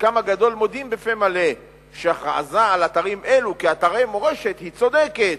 חלקם הגדול מודים בפה מלא שהכרזה על אתרים אלו כאתרי מורשת היא צודקת,